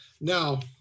Now